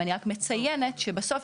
את רוצה להמשיך?